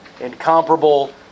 incomparable